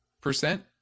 percent